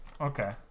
Okay